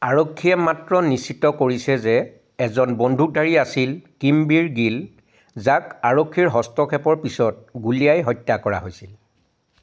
আৰক্ষীয়ে মাত্ৰ নিশ্চিত কৰিছে যে এজন বন্দুকধাৰী আছিল কিমবীৰ গিল যাক আৰক্ষীৰ হস্তক্ষেপৰ পিছত গুলীয়াই হত্যা কৰা হৈছিল